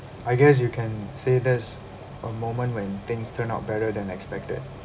I guess you can say that's a moment when things turn out better than expected